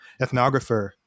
ethnographer